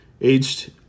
aged